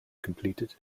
completed